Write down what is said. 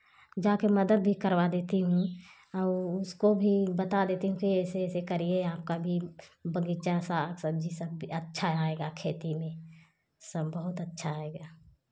जा के मदद भी करवा देती हूँ और उसको भी बता देती हूँ कि ऐसे ऐसे करिए आपका भी बगीचा साग सब्जी अच्छा आएगा खेती में सब बहुत अच्छा आएगा